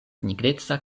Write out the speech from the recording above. nigreca